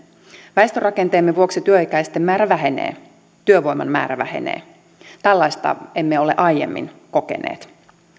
väestörakenteemme vuoksi työikäisten määrä vähenee työvoiman määrä vähenee tällaista emme ole aiemmin kokeneet